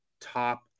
top